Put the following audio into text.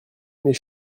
m’est